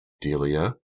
Delia